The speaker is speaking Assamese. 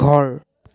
ঘৰ